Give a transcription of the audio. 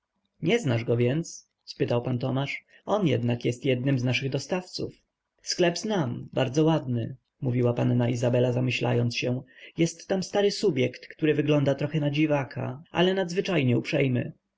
nie znasz go więc spytał pan tomasz on jednak jest jednym z naszych dostawców sklep znam bardzo ładny mówiła panna izabela zamyślając się jest tam stary subjekt który wygląda trochę na dziwaka ale nadzwyczajnie uprzejmy